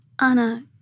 Anna